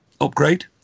upgrade